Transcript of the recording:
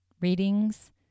readings